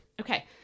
Okay